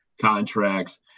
contracts